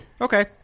okay